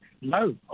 No